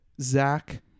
zach